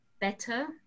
better